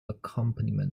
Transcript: accompaniment